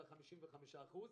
55%,